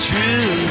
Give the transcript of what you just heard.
True